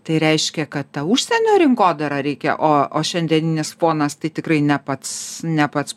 tai reiškia kad ta užsienio rinkodara reikia o o šiandieninis fonas tai tikrai ne pats ne pats